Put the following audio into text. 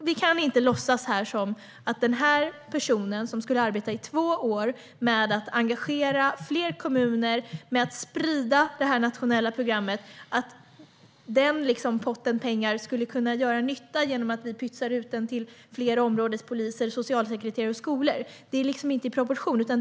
Vi kan inte låtsas som att potten med pengar till den person som skulle arbeta i två år med att engagera fler kommuner i att sprida det här nationella programmet skulle kunna göra nytta genom att vi pytsar ut den till fler områdespoliser, socialsekreterare och skolor. Det är inte proportionerligt.